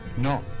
No